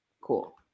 cool